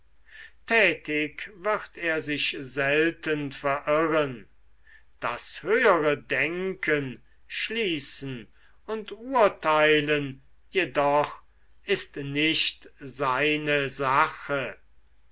wird er sich selten verirren das höhere denken schließen und urteilen jedoch ist nicht seine sache